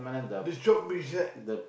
the shop beside